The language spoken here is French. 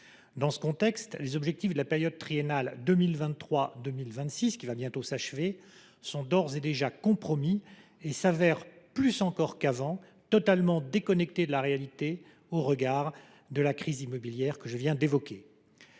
Dans ce contexte, les objectifs de la période triennale 2023 2026, qui va bientôt s’achever, sont d’ores et déjà compromis et se révèlent, plus encore qu’avant, totalement déconnectés de la réalité au regard de la crise immobilière que je viens d’évoquer.